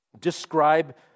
describe